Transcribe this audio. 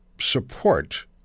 support